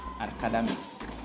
academics